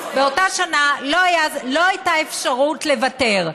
באותה שנה לא הייתה אפשרות לוותר.